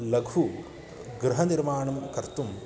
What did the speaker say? लघुगृहनिर्माणं कर्तुं